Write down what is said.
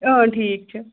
اۭں ٹھیٖک چھِ